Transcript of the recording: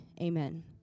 Amen